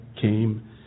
came